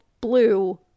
blue